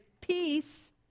peace